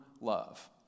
love